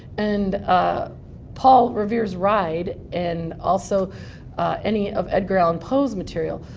and ah paul revere's ride and also any of edgar allan poe's material,